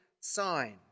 sign